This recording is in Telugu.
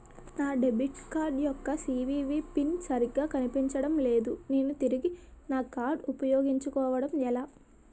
నా డెబిట్ కార్డ్ యెక్క సీ.వి.వి పిన్ సరిగా కనిపించడం లేదు నేను తిరిగి నా కార్డ్ఉ పయోగించుకోవడం ఎలా?